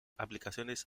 aplicaciones